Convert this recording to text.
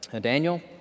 Daniel